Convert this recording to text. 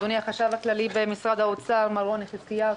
אדוני החשב הכללי במשרד האוצר מר רוני חזקיהו,